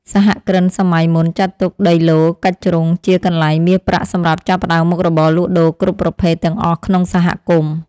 សហគ្រិនសម័យមុនចាត់ទុកដីឡូតិ៍កាច់ជ្រុងជាកន្លែងមាសប្រាក់សម្រាប់ចាប់ផ្ដើមមុខរបរលក់ដូរគ្រប់ប្រភេទទាំងអស់ក្នុងសហគមន៍។